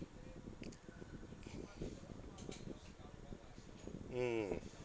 mm